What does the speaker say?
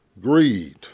greed